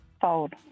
Fold